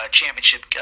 championship